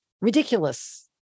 ridiculous